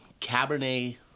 Cabernet